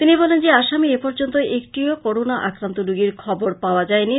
তিনি বলেন যে আসামে এপর্যন্ত একটি করোনা আক্রান্ত রোগীর খবর পাওয়া যায়নী